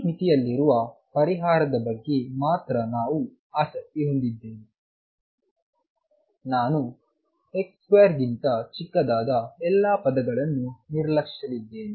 ಈ ಮಿತಿಯಲ್ಲಿರುವ ಪರಿಹಾರದ ಬಗ್ಗೆ ಮಾತ್ರ ನಾವು ಆಸಕ್ತಿ ಹೊಂದಿದ್ದೇವೆ ನಾನು x2 ಗಿಂತ ಚಿಕ್ಕದಾದ ಎಲ್ಲಾ ಪದಗಳನ್ನು ನಿರ್ಲಕ್ಷಿಸಲಿದ್ದೇನೆ